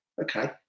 okay